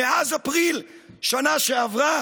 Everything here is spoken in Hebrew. מאז אפריל שנה שעברה